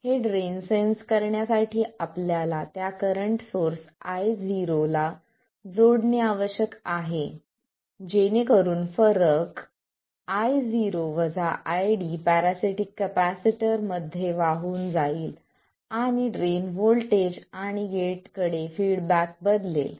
हे drain sense करण्यासाठी आपल्याला त्या करंट सोर्स Io ला जोडणे आवश्यक आहे ओलांडून जेणेकरून फरक पॅरासिटीक कॅपेसिटर मध्ये वाहून जाईल आणि ड्रेन व्होल्टेज आणि गेट कडे फीडबॅक बदलेल